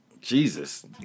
Jesus